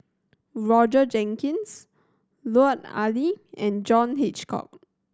Roger Jenkins Lut Ali and John Hitchcock